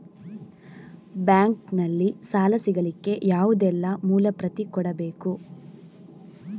Bank ನಲ್ಲಿ ಸಾಲ ಸಿಗಲಿಕ್ಕೆ ಯಾವುದೆಲ್ಲ ಮೂಲ ಪ್ರತಿ ಕೊಡಬೇಕು?